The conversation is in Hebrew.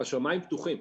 השמיים פתוחים,